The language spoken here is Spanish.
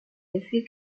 decir